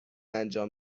انجام